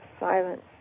silence